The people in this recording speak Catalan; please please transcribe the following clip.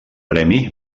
premi